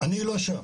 אני לא שם.